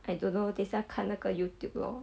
I don't know 等下看那个 youtube lor